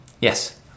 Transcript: Yes